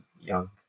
young